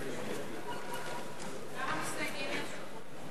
כמה מסתייגים יש?